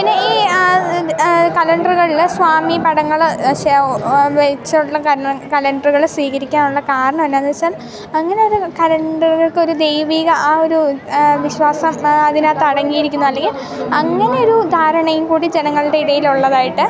പിന്നെ ഈ കലണ്ടറുകളിൽ സ്വാമി പടങ്ങൾ ച്ചാ വെച്ചുള്ള കലണ്ടറുകൾ സ്വീകരിക്കാനുള്ള കാരണം എന്നാ എന്നു വെച്ചാൽ അങ്ങനൊരു കലണ്ടറുകൾക്കൊരു ദൈവീക ആ ഒരു വിശ്വാസം അതിനകത്ത് അടങ്ങിയിരിക്കുന്നു അല്ലെങ്കിൽ അങ്ങനെയൊരു ധാരണയും കൂടി ജനങ്ങളുടെ ഇടയിലുള്ളതായിട്ട്